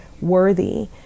worthy